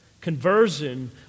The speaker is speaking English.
Conversion